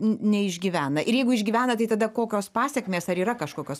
neišgyvena ir jeigu išgyvena tai tada kokios pasekmės ar yra kažkokios